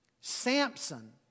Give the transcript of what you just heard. Samson